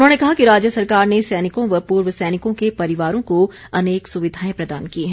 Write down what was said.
उन्होंने कहा कि राज्य सरकार ने सैनिकों व पूर्व सैनिकों को परिवारों को अनेक सुविधाएं प्रदान की हैं